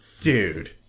dude